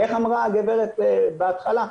איך אמרה הגברת בהתחלה,